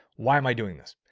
why am i doing this?